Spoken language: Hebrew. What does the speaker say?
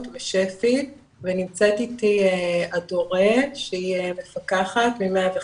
בשפ"י ונמצאת איתי אדורה שהיא מפקחת מ-105,